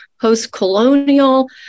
post-colonial